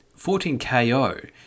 14KO